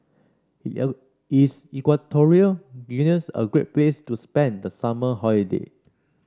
is Equatorial Guinea a great place to spend the summer holiday